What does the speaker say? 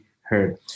heard